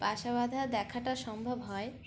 বাসা বাঁধা দেখাটা সম্ভব হয়